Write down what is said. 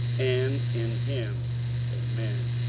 and in him amen,